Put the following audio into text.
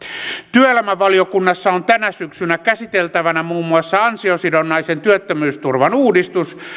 työelämävaliokunnassa on tänä syksynä käsiteltävänä muun muassa ansiosidonnaisen työttömyysturvan uudistus